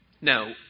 Now